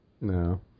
No